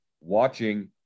watching